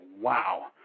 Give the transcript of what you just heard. wow